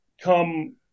come